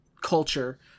culture